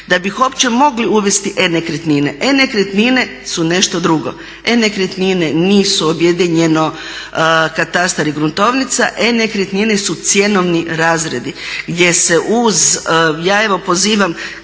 da bi uopće mogli uvesti e-nekretnine. E-nekretnine su nešto drugo. E-nekretnine nisu objedinjeno katastar i gruntovnica, e-nekretnine su cjenovni razredi. Gdje se uz, ja evo pozivam